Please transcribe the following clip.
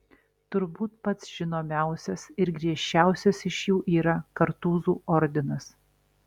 turbūt pats žinomiausias ir griežčiausias iš jų yra kartūzų ordinas